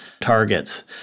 targets